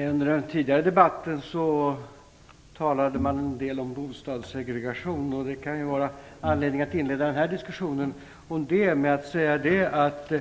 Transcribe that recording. Fru talman! I den tidigare debatten talade man en del om bostadssegregation. Det kan vara anledning att inleda den här diskussionen med att säga att